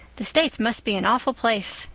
the states must be an awful place.